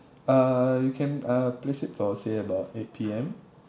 uh you can uh place it for say about eight P_M